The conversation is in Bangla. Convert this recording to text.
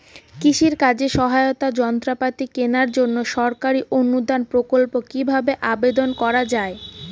কৃষি কাজে সহায়তার যন্ত্রপাতি কেনার জন্য সরকারি অনুদান প্রকল্পে কীভাবে আবেদন করা য়ায়?